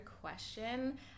question